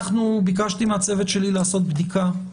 ביקשתי מהצוות שלי לעשות בדיקה.